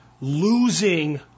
losing